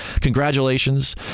congratulations